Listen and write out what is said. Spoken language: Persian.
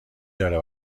داره